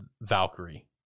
Valkyrie